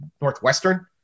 Northwestern